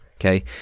Okay